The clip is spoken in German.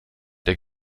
der